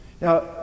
Now